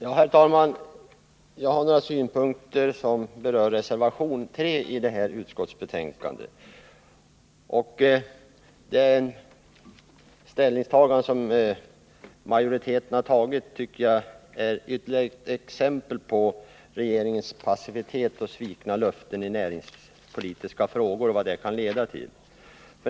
Herr talman! Jag har några synpunkter i anslutning till reservation 3 i det här utskottsbetänkandet. Utskottsmajoritetens ställningstagande tycker jag är ytterligare ett exempel på vad regeringens passivitet och svikna löften när det gäller näringspolitiska frågor kan leda till.